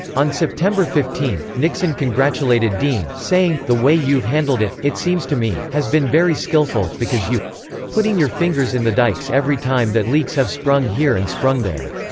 on september fifteen, nixon congratulated dean, saying, the way you've handled it, it seems to me, has been very skillful, because you putting your fingers in the dikes every time that leaks have sprung here and sprung there.